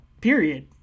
Period